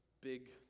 big